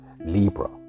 Libra